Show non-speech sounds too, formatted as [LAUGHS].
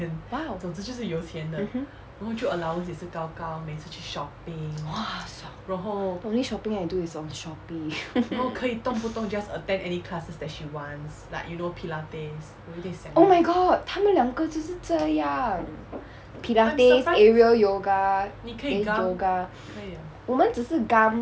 !wow! mmhmm !wah! 爽 only shopping I do is on shopee [LAUGHS] oh my god 她们两个就是这样 pilates aerial yoga then yoga 我们只是 gum